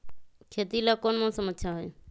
खेती ला कौन मौसम अच्छा होई?